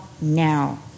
now